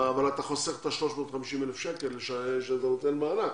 אבל אתה חוסך את ה-350,000 שקל שאתה נותן מענק.